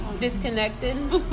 disconnected